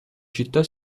città